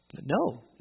No